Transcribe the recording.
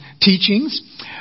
teachings